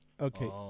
Okay